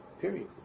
period